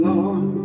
Lord